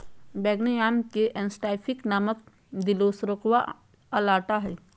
बैंगनी आम के साइंटिफिक नाम दिओस्कोरेआ अलाटा हइ